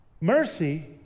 Mercy